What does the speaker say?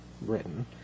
written